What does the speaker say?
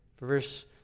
Verse